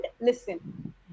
listen